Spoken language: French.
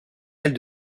elle